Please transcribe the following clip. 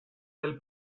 del